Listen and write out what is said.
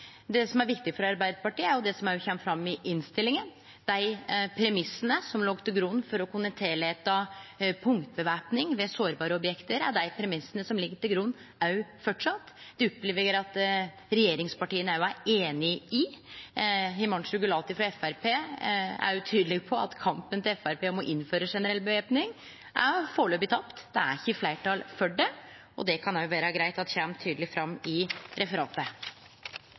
som er viktig for Arbeidarpartiet, og det som òg kjem fram i innstillinga, er at dei premissane som låg til grunn for å kunne tillate punktvæpning ved sårbare objekt, er dei premissane som ligg til grunn òg framleis. Det opplever eg at regjeringspartia òg er einige i. Himanshu Gulati frå Framstegspartiet er tydeleg på at kampen til Framstegspartiet om å innføre generell væpning førebels er tapt. Det er ikkje fleirtal for det. Det kan òg vere greitt at det kjem tydeleg fram i referatet.